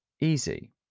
easy